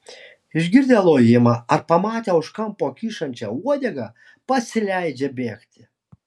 išgirdę lojimą ar pamatę už kampo kyšančią uodegą pasileidžia bėgti